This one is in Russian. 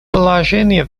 положение